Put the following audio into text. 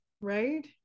Right